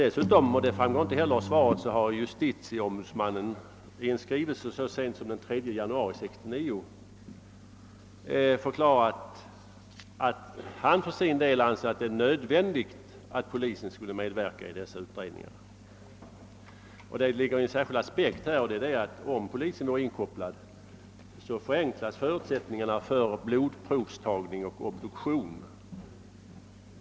Dessutom har JO — det framgår inte heller av svaret — i en skrivelse så sent som den 3 januari 1969 förklarat att han för sin del anser att det är nödvändigt att polisen medverkar i dessa utredningar. En särskild aspekt på frågan är att om polisen blir inkopplad förenklas procedurfrågorna angående blodprovstagning och obduktion.